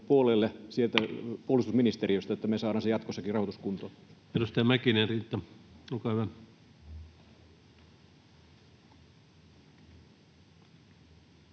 puolustusministeriöstä, että me saadaan jatkossakin se rahoitus kuntoon. Edustaja Mäkinen, Riitta, olkaa hyvä.